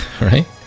right